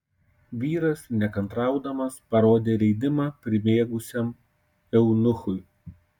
vyras nekantraudamas parodė leidimą pribėgusiam eunuchui